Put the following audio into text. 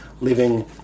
Living